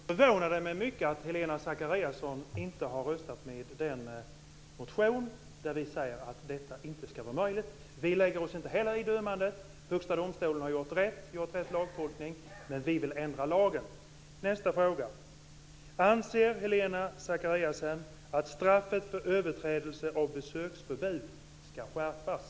Fru talman! Då förvånar det mig mycket att Helena Zakariasén inte har röstat för den motion där vi säger att detta inte ska vara möjligt. Vi lägger oss heller inte i dömandet - Högsta domstolen har gjort en riktig lagtolkning - men vi vill ändra lagen. Nästa fråga: Anser Helena Zakariasén att straffet för överträdelse av besöksförbud ska skärpas?